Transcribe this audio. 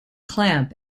clamp